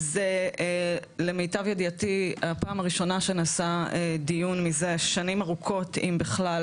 זה למיטב ידיעתי הפעם הראשונה שנעשה דיון מזה שנים ארוכות אם בכלל